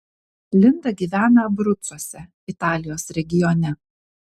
linda gyvena abrucuose italijos regione